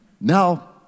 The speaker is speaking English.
now